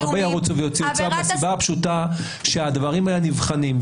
ירוצו ויוציאו צו מהסיבה הפשוטה שהדברים האלה נבחנים.